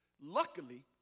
Luckily